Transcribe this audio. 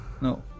No